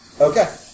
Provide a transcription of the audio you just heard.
Okay